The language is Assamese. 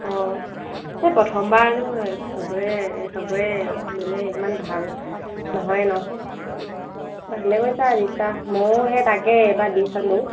অঁ এই প্ৰথমবাৰনো সবৰে সবৰে মানে ইমান ভাল নহয়ে নহ্ ভালেই কৰিছা দিছা মইও সেই তাকে এইবাৰ দি চালোঁ